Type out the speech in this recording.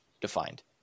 defined